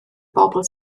bobl